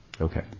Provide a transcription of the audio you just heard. okay